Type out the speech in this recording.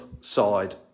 side